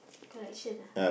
collection ah